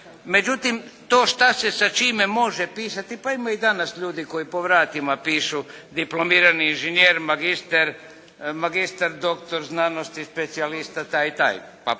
Međutim to šta se sa čime može pisati, pa ima i danas ljudi koji po vratima pišu diplomirani inženjer, magistar, magistar doktor znanosti, specijalista taj i taj pa preko